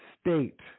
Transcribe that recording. state